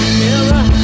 mirror